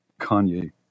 Kanye